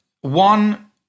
one